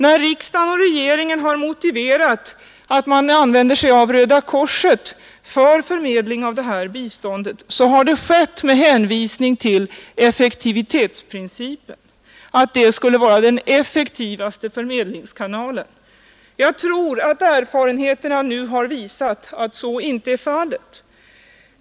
När riksdagen och regeringen har motiverat att man använder sig av Röda korset för förmedling av det här biståndet, då har det skett med hänvisning till effektivitetsprincipen, att detta skulle vara den effektivaste förmedlingskanalen. Jag tror att erfarenheterna nu har visat att så inte är fallet.